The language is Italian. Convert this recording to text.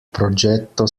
progetto